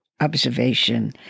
observation